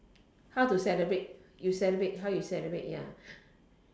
how to celebrate you celebrate how you celebrate ya